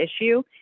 issue